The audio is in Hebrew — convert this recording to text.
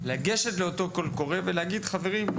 לגשת לאותו קול קורא ולהגיד: "חברים,